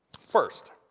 First